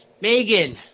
Megan